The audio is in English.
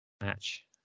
match